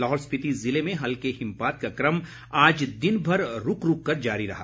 लाहौल स्पिति ज़िले में हल्के हिमपात का क्रम आज दिनभर रूक रूक कर जारी रहा